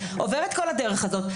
עובר את כל הדרך הזאת.